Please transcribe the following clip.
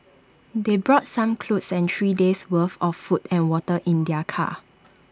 they brought some clothes and three days worth of food and water in their car